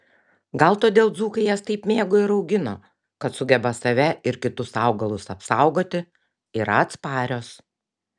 gal todėl dzūkai jas taip mėgo ir augino kad sugeba save ir kitus augalus apsaugoti yra atsparios